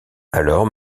alors